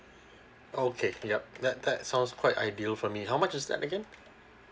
okay yup that that sounds quite ideal for me how much is that again